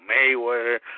Mayweather